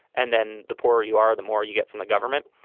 and then the poorer you are, the more you get from the government.